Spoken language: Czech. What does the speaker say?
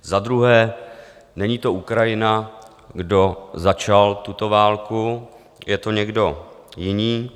Za druhé, není to Ukrajina, kdo začal tuto válku, je to někdo jiný.